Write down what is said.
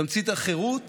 תמצית החירות